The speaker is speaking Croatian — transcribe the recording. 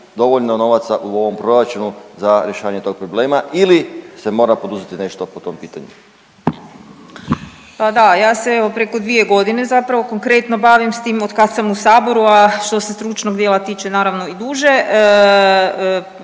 dovoljno novaca u ovom proračunu za rješavanje tog problema ili se mora poduzeti nešto po tom pitanju? **Marić, Andreja (SDP)** Pa da, ja se evo preko 2 godine zapravo konkretno bavim s tim od kad sam u saboru, a što se stručnog dijela tiče naravno i duže.